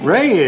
Ray